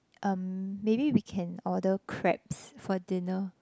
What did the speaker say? um maybe we can order crabs for dinner